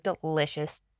delicious